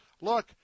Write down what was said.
Look